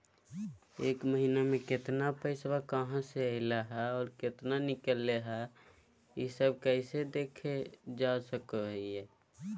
एक महीना में केतना पैसा कहा से अयले है और केतना निकले हैं, ई सब कैसे देख जान सको हियय?